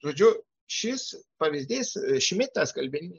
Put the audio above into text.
žodžiu šis pavyzdys šmitas kalbininkas